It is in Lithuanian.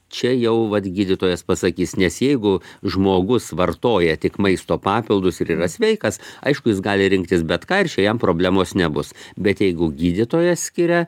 čia jau vat gydytojas pasakys nes jeigu žmogus vartoja tik maisto papildus ir yra sveikas aišku jis gali rinktis bet ką ir čia jam problemos nebus bet jeigu gydytojas skiria